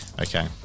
okay